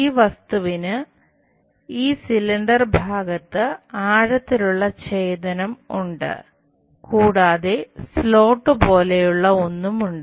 ഈ വസ്തുവിന് ഈ സിലിണ്ടർ കൂടി ഉണ്ട്